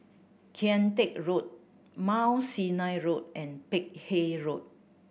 Kian Teck Road Mount Sinai Road and Peck Hay Road